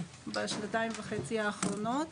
בשנתיים וחצי האחרונות,